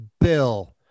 Bill